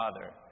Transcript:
father